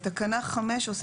אני ב-5(א).